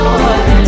Lord